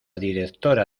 directora